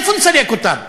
מאיפה נסלק אותם?